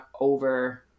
over